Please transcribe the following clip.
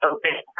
Open